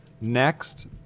Next